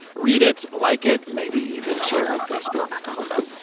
read it. like it. maybe even share it on facebook. i don't know.